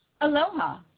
aloha